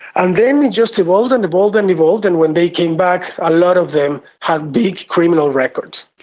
and then it just evolved and evolved and evolved, and when they came back, a lot of them had big criminal records.